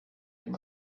dem